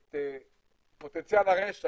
את פוטנציאל הרשע,